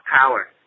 power